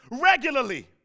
Regularly